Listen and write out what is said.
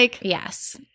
Yes